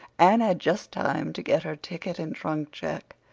anne had just time to get her ticket and trunk check,